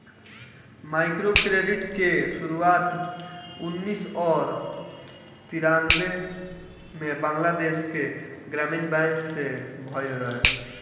microcredit कअ शुरुआत उन्नीस और तिरानबे में बंगलादेश के ग्रामीण बैंक से भयल रहे